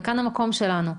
כאן המקום שלנו.